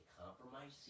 compromise